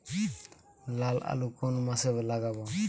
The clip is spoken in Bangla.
লাল আলু কোন মাসে লাগাব?